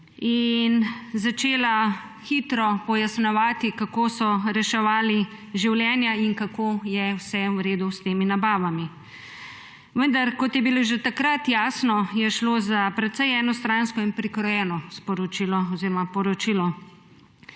in začela hitro pojasnjevati, kako so reševali življenja in kako je vse v redu s temi nabavami. Vendar kot je bilo že takrat jasno, je šlo za precej enostransko in prikrojeno sporočilo oziroma poročilo.